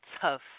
tough